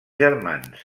germans